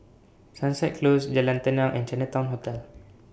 Sunset Close Jalan Tenang and Chinatown Hotel